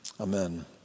Amen